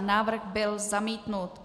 Návrh byl zamítnut.